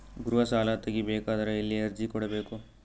ಗೃಹ ಸಾಲಾ ತಗಿ ಬೇಕಾದರ ಎಲ್ಲಿ ಅರ್ಜಿ ಕೊಡಬೇಕು?